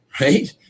right